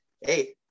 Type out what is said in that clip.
Hey